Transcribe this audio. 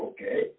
Okay